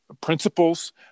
principles